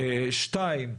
דבר שני,